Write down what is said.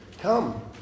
come